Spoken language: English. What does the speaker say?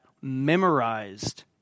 memorized